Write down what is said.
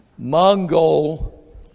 Mongol